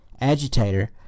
agitator